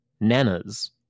nanas